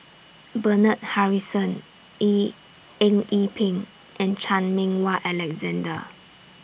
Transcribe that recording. Bernard Harrison Yee Eng Yee Peng and Chan Meng Wah Alexander